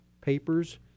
papers